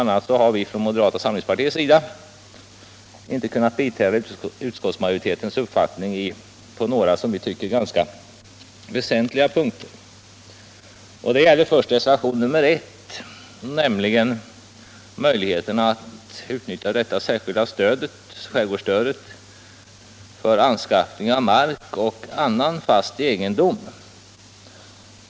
a. har vi i moderata samlingspartiet inte kunnat biträda utskottsmajoritetens uppfattning på några, som vi tycker, ganska väsentliga punkter. Reservationen 1 gäller möjligheterna att utnyttja det särskilda skärgårdsstödet för anskaffning av mark och annan fast egendom.